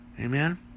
Amen